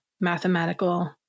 mathematical